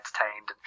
entertained